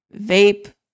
Vape